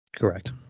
Correct